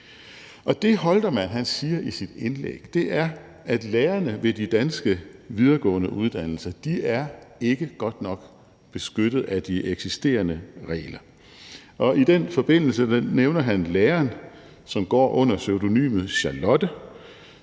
Og det, Holtermann siger i sit indlæg, er, at lærerne ved de danske videregående uddannelser ikke er godt nok beskyttet af de eksisterende regler. Og i den forbindelse nævner han læreren, som går under pseudonymet Charlotte,